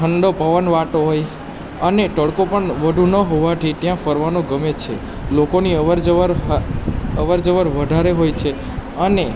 ઠંડો પવન વાતો હોય અને તડકો પણ વધુ ન હોવાથી ત્યાં ફરવાનું ગમે છે લોકોની અવરજવર અવરજવર વધારે હોય છે અને